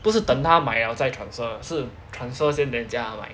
不是等她买了 then transfer 是 transfer 先 then 叫她买